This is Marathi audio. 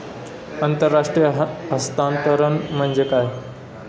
आंतरराष्ट्रीय हस्तांतरण म्हणजे काय?